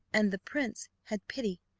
and the prince had pity,